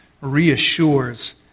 reassures